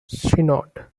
synod